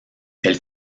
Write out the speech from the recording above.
elle